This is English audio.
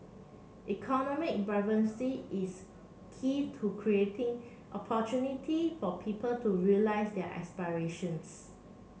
economic vibrancy is key to creating opportunity for people to realise their aspirations